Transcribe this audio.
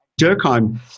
Durkheim